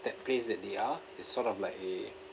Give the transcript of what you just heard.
that place that they are it's sort of like a